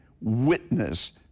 witness